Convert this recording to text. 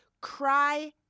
Cry